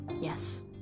Yes